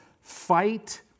Fight